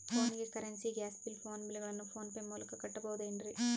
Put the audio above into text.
ಫೋನಿಗೆ currency, gas bill, phone bill ಗಳನ್ನು PhonePe ಮೂಲಕ ಕಟ್ಟಬಹುದೇನ್ರಿ?